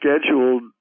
scheduled